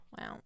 Wow